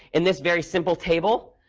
in this very simple table,